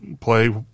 play